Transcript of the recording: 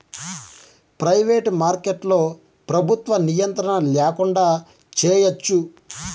private మార్కెట్లో ప్రభుత్వ నియంత్రణ ల్యాకుండా చేయచ్చు